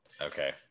Okay